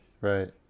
right